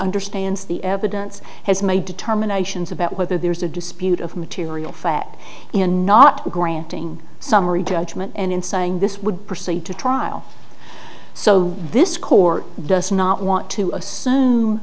understands the evidence has made determinations about whether there's a dispute of material fact in not granting summary judgment and inciting this would proceed to trial so this court does not want to assume